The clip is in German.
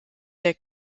der